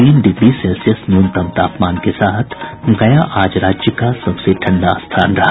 तीन degree Celsius न्यूनतम तापमान के साथ गया आज राज्य का सबसे ठंडा स्थान रहा